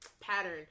pattern